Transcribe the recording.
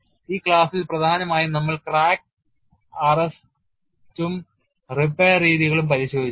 ഈ ക്ലാസ്സിൽ പ്രധാനമായും നമ്മൾ ക്രാക്ക് അറസ്റ്റും റിപ്പയർ രീതികളും പരിശോധിച്ചു